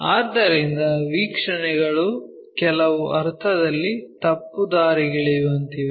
ಆದ್ದರಿಂದ ವೀಕ್ಷಣೆಗಳು ಕೆಲವು ಅರ್ಥದಲ್ಲಿ ತಪ್ಪುದಾರಿಗೆಳೆಯುವಂತಿವೆ